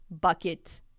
bucket